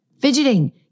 Fidgeting